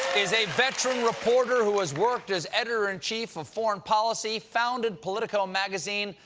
is a veteran reporter who has worked as editor in chief of foreign policy, founded politico magazine,